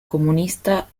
comunista